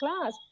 class